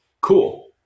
Cool